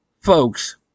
folks